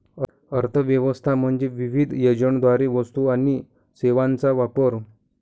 अर्थ व्यवस्था म्हणजे विविध एजंटद्वारे वस्तू आणि सेवांचा वापर